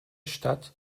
stadt